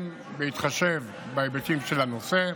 בהתחשב בהיבטים של הנושא,